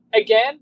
Again